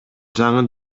жаңы